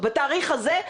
בתאריך הזה,